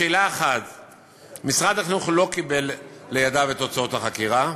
1. משרד החינוך לא קיבל לידיו את תוצאות החקירה.